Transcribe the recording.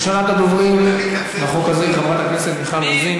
ראשונת הדוברים בחוק הזה היא חברת הכנסת מיכל רוזין.